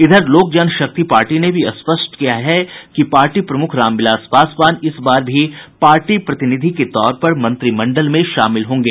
इधर लोक जनशक्ति पार्टी ने भी स्पष्ट किया है कि पार्टी प्रमुख रामविलास पासवान इस बार भी पार्टी प्रतिनिधि के तौर पर मंत्रिमंडल में शामिल होंगे